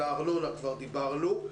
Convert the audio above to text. על הארנונה כבר דיברנו.